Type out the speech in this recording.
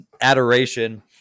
adoration